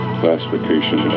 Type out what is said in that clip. classification